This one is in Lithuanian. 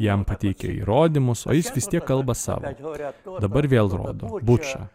jam pateikė įrodymus o jis vis tiek kalba savo o dabar vėl rodo bučą